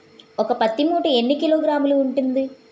ఒక పత్తి మూట ఎన్ని కిలోగ్రాములు ఉంటుంది?